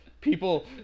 people